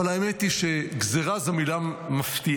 אבל האמת היא ש"גזרה" זו מילה מפתיעה,